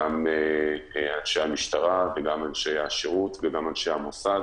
גם אנשי המשטרה, גם אנשי השירות וגם אנשי המוסד